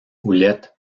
houlette